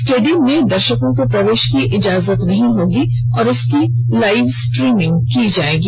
stadium में दर्शकों के प्रवेश की इजाजत नहीं होगी और इसकी लाइव स्ट्रीमिंग की जाएगी